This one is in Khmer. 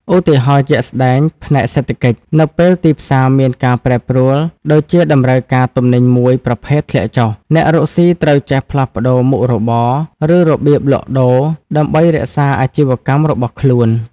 ឧទាហរណ៍ជាក់ស្ដែង ផ្នែកសេដ្ឋកិច្ច នៅពេលទីផ្សារមានការប្រែប្រួល (ដូចជាតម្រូវការទំនិញមួយប្រភេទធ្លាក់ចុះ) អ្នករកស៊ីត្រូវចេះផ្លាស់ប្តូរមុខរបរ ឬរបៀបលក់ដូរ ដើម្បីរក្សាអាជីវកម្មរបស់ខ្លួន។